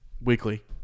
weekly